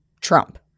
Trump